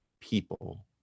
people